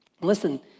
Listen